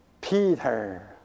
Peter